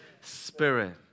Spirit